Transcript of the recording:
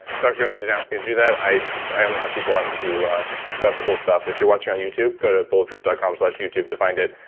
doctor gundry didn't ask me to do that, i i only have people on who ah who have cool stuff. if you're watching on youtube, go to bulletproof dot com slash youtube to find it.